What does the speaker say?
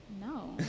No